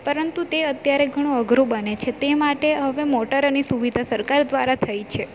પરંતુ તે અત્યારે ઘણું અઘરું બને છે તે માટે હવે મોટરોની સુવિધા સરકાર દ્વારા થઈ છે